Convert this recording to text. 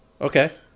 Okay